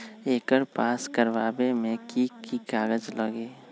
एकर पास करवावे मे की की कागज लगी?